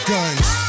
Guns